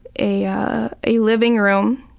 a ah a living room,